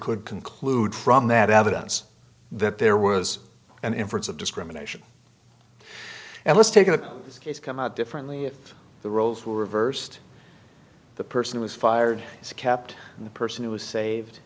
could conclude from that evidence that there was an inference of discrimination and let's take a case come out differently if the roles were reversed the person was fired kept the person who is saved